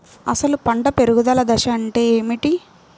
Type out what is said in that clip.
అసలు పంట పెరుగుదల దశ అంటే ఏమిటి?